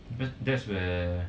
because that's where